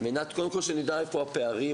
על מנת קודם כול שנדע איפה הפערים,